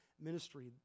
ministry